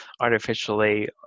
artificially